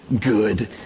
good